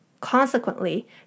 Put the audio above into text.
Consequently